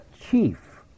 chief